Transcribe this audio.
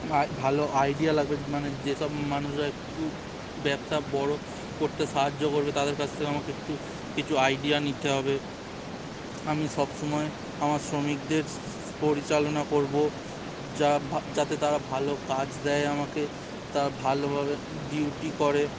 I ভালো idea লাগবে মানে যেসব মানুষরা একটু ব্যবসা বড় করতে সাহায্য করবে তাদের কাছ থেকে আমাকে একটু কিছু আইডিয়া নিতে হবে আমি সবসময় আমার শ্রমিকদের পরিচালনা করব যা ভা যাতে তারা ভালো কাজ দেয় আমাকে তারা ভালোভাবে ডিউটি করে